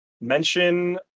mention